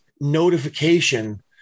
notification